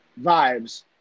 vibes